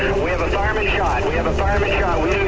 we have a fireman shot. we have a fireman shot. we